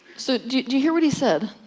so, did you hear what he said?